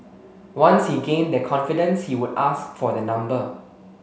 once he gained their confidence he would ask for their number